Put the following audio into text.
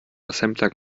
assembler